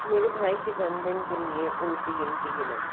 मेरे भाई के जन्मदिन के लिए उल्टी गिनती गिनो